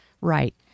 right